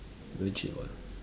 legit [what]